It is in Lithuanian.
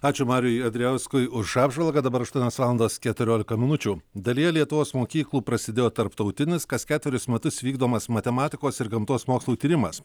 ačiū mariui andrijauskui už apžvalgą dabar aštuonias valandas keturiolika minučių dalyje lietuvos mokyklų prasidėjo tarptautinis kas keturis metus vykdomas matematikos ir gamtos mokslų tyrimas